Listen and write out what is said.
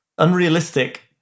Unrealistic